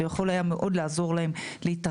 זה יוכל מאוד לעזור להם להתארגן.